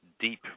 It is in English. deep